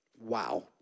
Wow